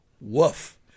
Woof